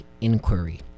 inquiry